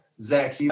Zach